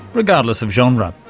regardless of genre,